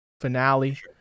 finale